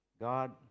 God